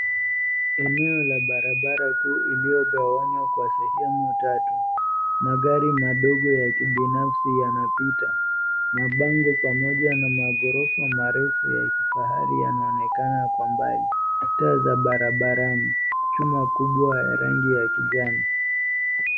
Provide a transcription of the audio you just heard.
Eneo la barabara kuu iliyogawanywa kwa sehemu tatu, magari madogo ya kibinafsi yanapita, mabango pamoja na maghorofa marefu ya kifahari yanaonekana kwa mbali. Taa za barabrani, chuma kubwa ya rangi ya kijani.